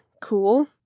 cool